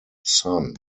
sun